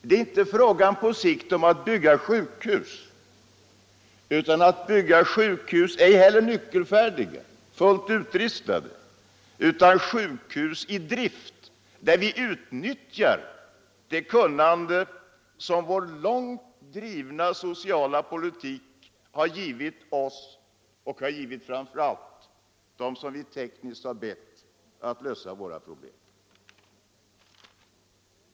Det är inte fråga om att på sikt producera sjukhus nyckelfärdiga och fullt utrustade utan att producera sjukhus i drift, där vi utnyttjar det kunnande som vår långt drivna sociala politik har givit oss och framför allt dem som vi har bett tekniskt lösa våra problem.